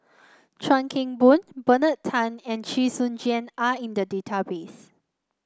Chuan Keng Boon Bernard Tan and Chee Soon Juan are in the database